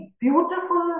beautiful